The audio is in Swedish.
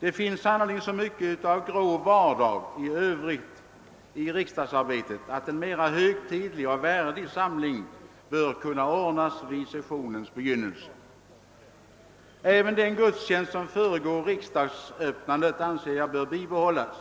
Det finns sannerligen så mycket av grå vardag i riksdagsarbetet i övrigt att en mera högtidlig och värdig samling bör kunna ordnas vid sessionens begynnelse. Även den gudstjänst som föregår riksdagsöppnandet anser jag bör bibehållas.